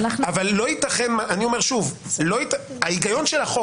אבל לא ייתכן --- ההיגיון של החוק,